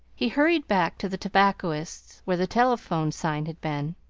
he hurried back to the tobacconist's where the telephone sign had been.